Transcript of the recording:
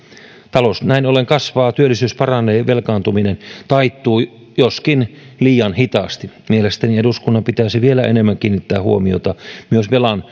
talous näin ollen kasvaa työllisyys paranee velkaantuminen taittuu joskin liian hitaasti mielestäni eduskunnan pitäisi vielä enemmän kiinnittää huomiota myös velan